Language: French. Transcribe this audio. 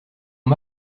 ont